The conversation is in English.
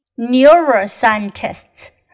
Neuroscientists